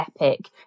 epic